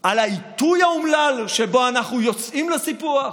על העיתוי האומלל שבו אנחנו יוצאים לסיפוח?